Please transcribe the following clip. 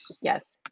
Yes